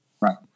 Right